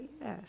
Yes